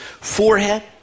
forehead